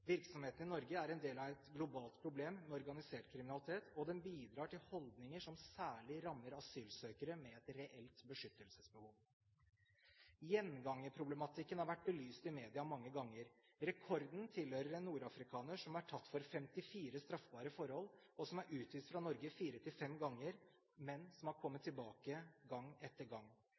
Virksomheten i Norge er en del av et globalt problem med organisert kriminalitet, og den bidrar til holdninger som særlig rammer asylsøkere med et reelt beskyttelsesbehov. Gjengangerproblematikken har vært belyst i media mange ganger. Rekorden tilhører en nordafrikaner som er tatt for 54 straffbare forhold, som er utvist fra Norge fire–fem ganger, men som har kommet tilbake gang etter gang.